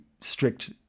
strict